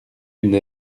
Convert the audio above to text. une